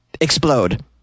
explode